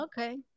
Okay